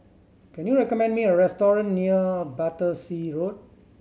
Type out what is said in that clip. can you recommend me a restaurant near Battersea Road